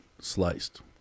sliced